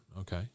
okay